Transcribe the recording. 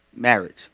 Marriage